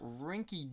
rinky